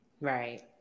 right